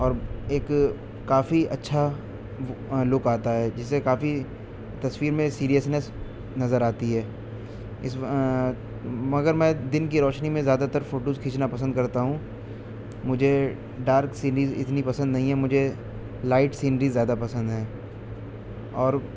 اور ایک کافی اچھا لک آتا ہے جس سے کافی تصویر میں سیرئسنس نظر آتی ہے اس میں مگر میں دن کی روشنی میں زیادہ تر فوٹوز کھینچنا پسند کرتا ہوں مجھے ڈارک سینریز اتنی پسند نہیں ہے مجھے لائٹ سینری زیادہ پسند ہے اور